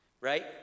right